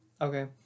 Okay